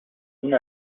این